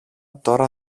τώρα